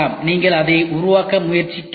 நாங்கள் அதை உருவாக்க முயற்சிக்கிறோம்